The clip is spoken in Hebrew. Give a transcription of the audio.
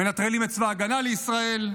מנטרלים את צבא הגנה לישראל,